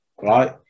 Right